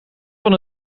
van